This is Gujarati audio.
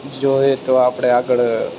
જોઈએ તો આપણે આગળ